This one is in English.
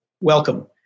welcome